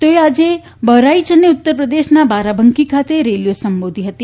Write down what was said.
તેઓ આજે બહરાઇચ અને ઉત્તરપ્રદેશના બારાબાંકી ખાતે રેલીઓ સંબોધી હતી